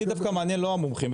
אותי דווקא מעניין לא המומחים,